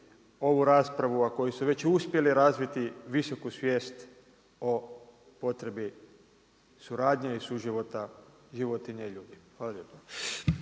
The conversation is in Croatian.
ovu raspravu, a koji su već uspjeli razviti visoku svijest o potrebi suradnje i suživota životinja i ljudi. Hvala lijepo.